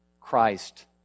Christ